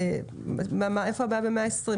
איפה הבעיה ב-120 ימים?